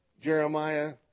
Jeremiah